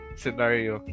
scenario